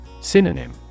Synonym